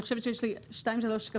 אני חושבת שיש לי עוד שניים-שלושה שקפים.